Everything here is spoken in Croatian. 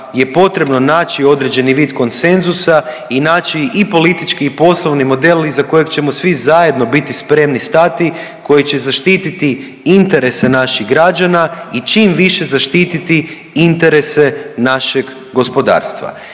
je potrebno naći određeni vid konsenzusa i naći i politički i poslovni model iza kojeg ćemo svi zajedno biti spremni stati, koji će zaštititi interese naših građana i čim više zaštititi interese našeg gospodarstva